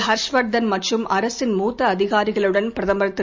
ஹர்ஷ்வர்தன் மற்றும் அரசின் மூத்த அதிகாரிகளுடன் பிரதமர் திரு